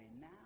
Now